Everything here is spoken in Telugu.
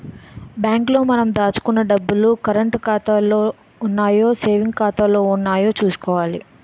బ్యాంకు లో మనం దాచుకున్న డబ్బులు కరంటు ఖాతాలో ఉన్నాయో సేవింగ్స్ ఖాతాలో ఉన్నాయో చూసుకోవాలి